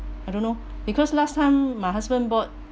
I don't know because last time my husband bought